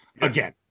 again